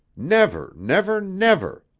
never, never, never!